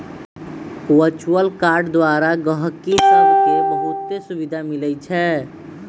virtual card द्वारा गहकि सभके बहुते सुभिधा मिलइ छै